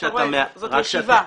זאת ישיבה.